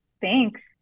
Thanks